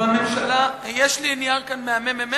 בממשלה יש לי נייר כאן, מהממ"מ.